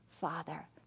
father